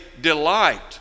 delight